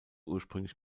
ursprünglich